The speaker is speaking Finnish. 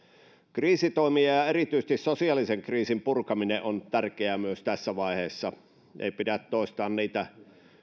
kriisitoimien ja ja erityisesti sosiaalisen kriisin purkaminen on tärkeää myös tässä vaiheessa ei pidä toistaa niitä